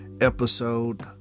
episode